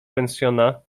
pensjona